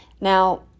Now